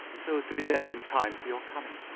so as to be there in time for your coming.